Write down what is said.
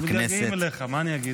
אנחנו מתגעגעים אליך, מה אני אגיד?